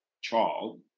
child